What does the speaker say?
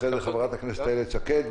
אחרי זה חברת הכנסת איילת שקד.